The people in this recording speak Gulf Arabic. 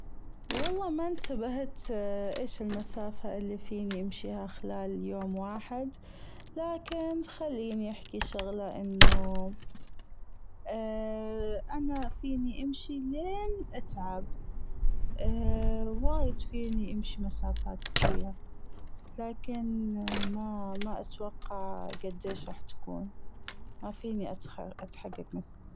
والله ما أنتبهت ايش المسافة اللي فيني أمشيها خلال يوم واحد لكن خليني أحجي شغلة أنا فيني أمشي لين أتعب وايد فيني أمشي مسافات كبيرة لكن ما ما اتوقع جديش راح تكون ما فيني أتحجج من-.